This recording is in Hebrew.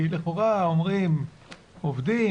כי לכאורה אומרים עובדים,